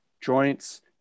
joints